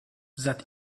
that